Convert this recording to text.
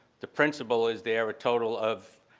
the principal is there a total of,